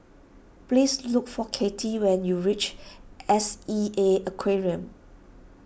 please look for Katie when you reach S E A Aquarium